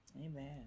Amen